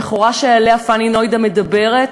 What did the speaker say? המכורה שעליה פאני נוידא מדברת,